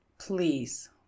Please